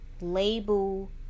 label